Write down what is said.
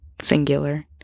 singular